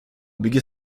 bygger